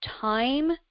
time